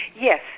Yes